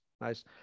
nice